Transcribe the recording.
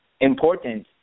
important